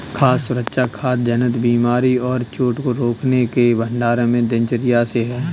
खाद्य सुरक्षा खाद्य जनित बीमारी और चोट को रोकने के भंडारण में दिनचर्या से है